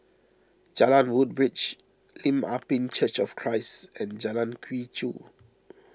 Jalan Woodbridge Lim Ah Pin Church of Christ and Jalan Quee Chew